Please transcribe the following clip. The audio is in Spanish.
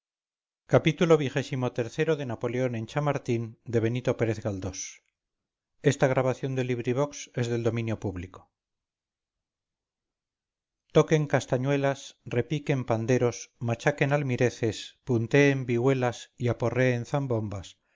xxvii xxviii xxix napoleón en chamartín de benito pérez galdós toquen castañuelas repiquen panderos machaquen almireces punteen vihuelas y aporreen zambombas